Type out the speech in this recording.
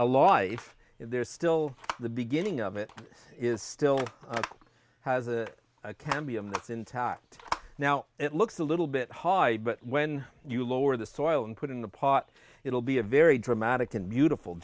alive in there still the beginning of it is still has a can be i'm not intact now it looks a little bit high but when you lower the soil and put in the pot it'll be a very dramatic and beautiful